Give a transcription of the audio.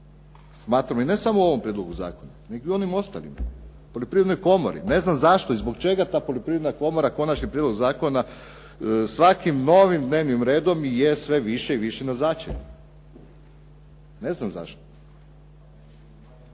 smatramo i ne samo u ovom prijedlogu zakona nego i u onim ostalim, Poljoprivrednoj komori. Ne znam zašto i zbog čega ta poljoprivredna komora konačni prijedlog zakona svakim novim dnevnim redom je sve više i više na začelju. Ne znam zašto.